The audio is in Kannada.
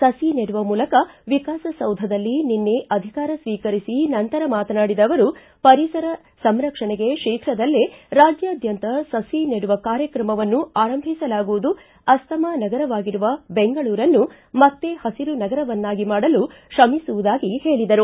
ಸು ನೆಡುವ ಮೂಲಕ ವಿಕಾಸೌಧದಲ್ಲಿ ನಿನ್ನೆ ಅಧಿಕಾರ ಸ್ವೀಕರಿಸಿ ನಂತರ ಮಾತನಾಡಿದ ಅವರು ಪರಿಸರ ಸಂರಕ್ಷಣೆಗೆ ಶೀಘದಲ್ಲೇ ರಾಜ್ಯಾದ್ಯಂತ ಸು ನೆಡುವ ಕಾರ್ಯಕ್ರಮವನ್ನು ಆರಂಭಿಸಲಾಗುವುದು ಅಸ್ತಮಾ ನಗರವಾಗಿರುವ ಬೆಂಗಳೂರನ್ನು ಮತ್ತೇ ಹಸಿರು ನಗರವನ್ನಾಗಿ ಮಾಡಲು ಶ್ರಮಿಸುವುದಾಗಿ ಹೇಳಿದರು